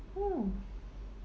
oh